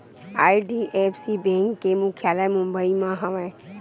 IDFC bank के मुख्यालय मुबई म हवय